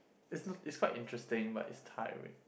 it's n~ it's quite interesting but it's tiring